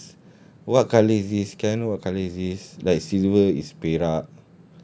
hi guys what colour is this can I know what colour is this like silver is perak